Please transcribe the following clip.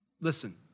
Listen